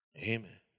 Amen